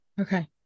Okay